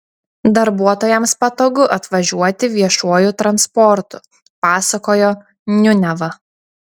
darbuotojams patogu atvažiuoti viešuoju transportu pasakojo niuneva